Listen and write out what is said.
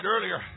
earlier